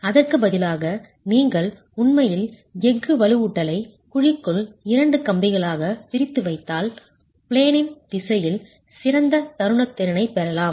அதற்குப் பதிலாக நீங்கள் உண்மையில் எஃகு வலுவூட்டலை குழிக்குள் இரண்டு கம்பிகளாகப் பிரித்து வைத்தால் பிளேனின் திசையில் சிறந்த தருணத் திறனைப் பெறலாம்